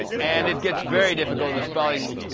and it gets very difficult in the spelling.